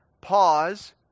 pause